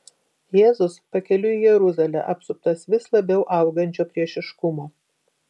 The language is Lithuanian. jėzus pakeliui į jeruzalę apsuptas vis labiau augančio priešiškumo